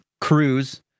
cruise